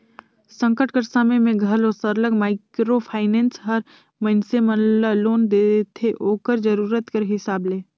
संकट कर समे में घलो सरलग माइक्रो फाइनेंस हर मइनसे मन ल लोन देथे ओकर जरूरत कर हिसाब ले